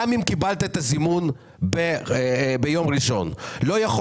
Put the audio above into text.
גם אם קיבלת את הזימון ביום ראשון לא יכול